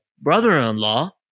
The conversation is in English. brother-in-law